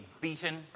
beaten